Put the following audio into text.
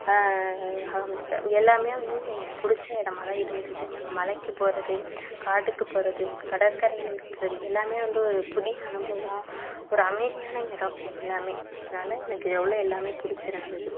ஆக மொத்தத்தில் எல்லாமே வந்து எனக்கு பிடிச்ச இடமா தான் இருந்தது நாங்கள் மலைக்கு போகிறது காட்டுக்கு போகிறது கடற்கரையில் இருக்கிறது எல்லாமே வந்து ஒரு புதிய அனுபவம் ஒரு அமைதியான இடம் எல்லாமே அதனால எனக்கு இதில் உள்ள எல்லாமே பிடிச்சி இருந்தது